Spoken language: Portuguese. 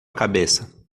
cabeça